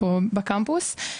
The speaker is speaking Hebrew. פה בקמפוס.